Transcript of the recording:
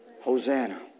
Hosanna